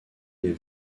les